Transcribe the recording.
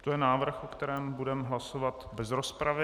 To je návrh, o kterém budeme hlasovat bez rozpravy.